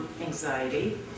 anxiety